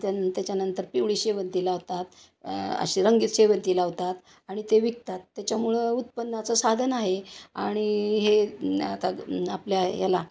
न त्या त्याच्यानंतर पिवळी शेवंती लावतात असे रंगीत शेवंती लावतात आणि ते विकतात त्याच्यामुळं उत्पन्नाचं साधन आहे आणि हे आता आपल्या ह्याला